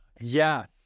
Yes